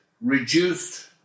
Reduced